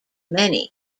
many